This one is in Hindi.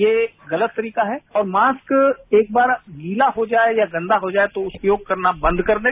ये गलत तरीका है और मास्क एक बार गीला हो जाए या गंदा हो जाए तो उपयोग करना बंद कर दें